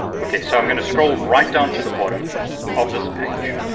okay, so i'm going to scroll right down to the bottom of this page.